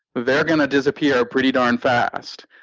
they're gonna disappear pretty darn fast.